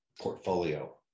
portfolio